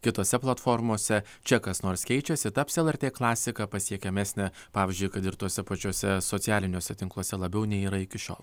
kitose platformose čia kas nors keičiasi taps lrt klasika pasiekiamesnė pavyzdžiui kad ir tuose pačiuose socialiniuose tinkluose labiau nei yra iki šiol